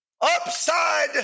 upside